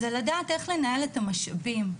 זה לדעת איך לנהל את המשאבים,